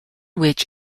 which